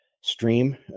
stream